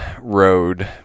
road